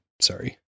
sorry